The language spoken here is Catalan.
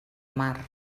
mar